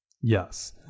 Yes